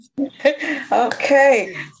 okay